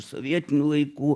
sovietinių laikų